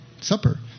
Supper